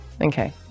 Okay